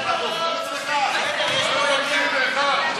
ומי נגד?